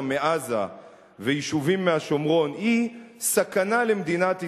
מעזה ויישובים בשומרון היא סכנה למדינת ישראל,